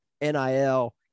NIL